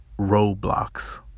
roadblocks